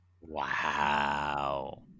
Wow